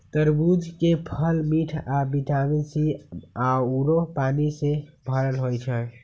तरबूज के फल मिठ आ विटामिन सी आउरो पानी से भरल होई छई